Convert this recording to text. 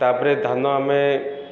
ତାପରେ ଧାନ ଆମେ